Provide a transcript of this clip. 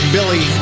Billy